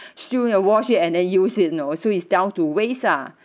still need to wash it and then use it you know so it's down to waste lah